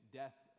death